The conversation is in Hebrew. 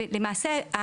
ולמעשה,